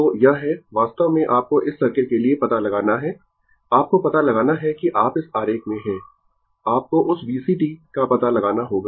तो यह है वास्तव में आपको इस सर्किट के लिए पता लगाना है आपको पता लगाना है कि आप इस आरेख में है आपको उस VCt का पता लगाना होगा